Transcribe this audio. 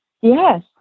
Yes